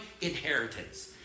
inheritance